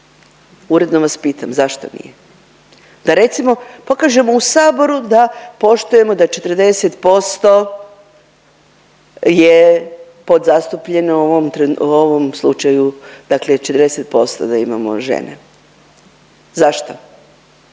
Uredno vas pitam zašto nije, da recimo pokažemo u Saboru da poštujemo da 40% je podzastupljeno, u ovom slučaju dakle 40% da imamo žene. Zašto?